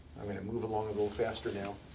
i'm going to move along a little faster now.